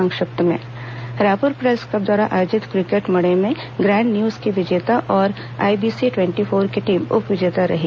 संक्षिप्त समाचार Raipur press club द्वारा आयोजित क्रिकेट मड़ई में ग्रैंड न्यूज की विजेता और आईबीसी ट्वेंटी फोर की टीम उप विजेता रही